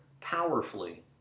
powerfully